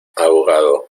abogado